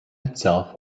itself